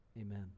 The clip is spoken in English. amen